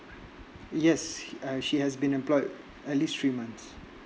yes uh she has been employed at least three months